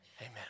Amen